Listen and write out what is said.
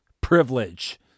privilege